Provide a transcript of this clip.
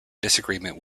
disagreement